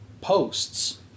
posts